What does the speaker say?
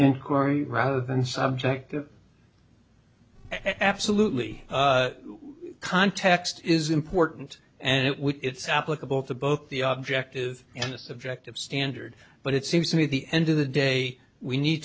sector rather than subjective absolutely context is important and it would it's applicable to both the object of and the subjective standard but it seems to me at the end of the day we need